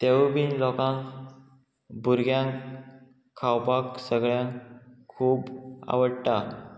तेवूय बीन लोकांक भुरग्यांक खावपाक सगळ्यांक खूब आवडटा